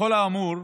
מכל האמור,